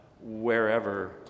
wherever